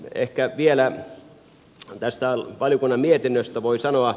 ehkä vielä tästä valiokunnan mietinnöstä voin sanoa